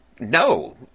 no